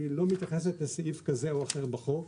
היא לא מתייחסת לסעיף כזה או אחר בחוק,